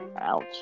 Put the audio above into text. Ouch